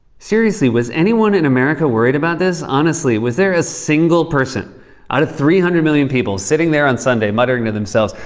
seriously, was anyone in america worried about this? honestly, was there a single person out of three hundred million people sitting there on sunday, muttering to themselves,